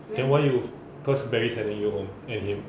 then why you cause barry sending you home and him